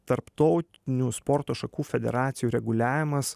tarptautinių sporto šakų federacijų reguliavimas